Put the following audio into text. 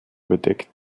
bedeckt